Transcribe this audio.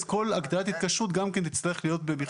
אז כל הגדלת התקשרות גם תצטרך להיות במכרז.